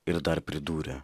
ir dar pridūrė